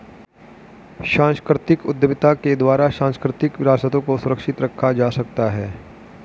सांस्कृतिक उद्यमिता के द्वारा सांस्कृतिक विरासतों को सुरक्षित रखा जा सकता है